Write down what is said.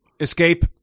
escape